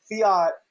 fiat